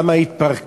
למה היא התפרקה,